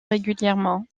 régulièrement